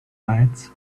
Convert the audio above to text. lights